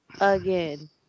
again